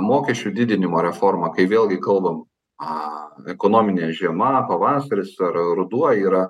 mokesčių didinimo reforma kai vėlgi kalbam aaa ekonominė žiema pavasaris ar ruduo yra